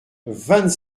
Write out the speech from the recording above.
vingt